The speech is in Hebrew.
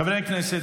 חברי הכנסת,